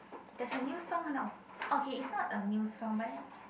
there's a new song 很好 okay it's not a new song but then